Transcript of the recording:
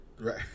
Right